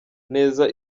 neza